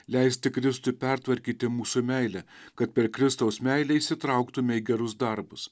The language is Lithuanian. leisti kristui pertvarkyti mūsų meilę kad per kristaus meilę įsitrauktume į gerus darbus